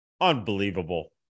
Unbelievable